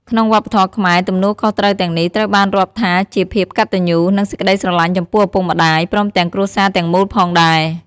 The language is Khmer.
ក្នុងវប្បធម៌ខ្មែរ ទំនួលខុសត្រូវទាំងនេះ ត្រូវបានរាប់ថាជាភាពកត្តញ្ញូ និងសេចក្ដីស្រឡាញ់ចំពោះឪពុកម្ដាយ ព្រមទាំងគ្រួសារទាំងមូលផងដែរ។